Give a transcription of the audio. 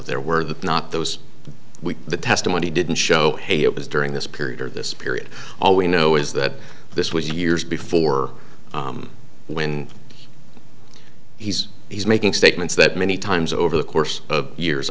there were not those with the testimony didn't show hey it was during this period or this period all we know is that this was years before when he's he's making statements that many times over the course of years